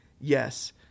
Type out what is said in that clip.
yes